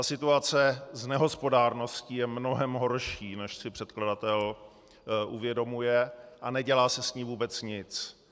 Situace s nehospodárností je mnohem horší, než si předkladatel uvědomuje, a nedělá se s ní vůbec nic.